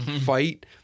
fight